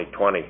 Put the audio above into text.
2020